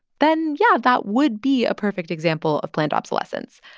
then yeah, that would be a perfect example of planned obsolescence.